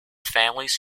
families